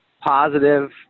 positive